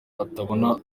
atabona